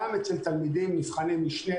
גם אצל תלמידים במבחני משנה,